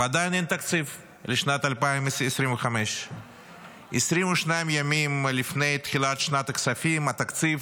ועדיין אין תקציב לשנת 2025. 22 ימים לפני תחילת שנת הכספים התקציב